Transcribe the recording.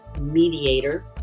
mediator